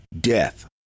death